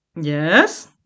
Yes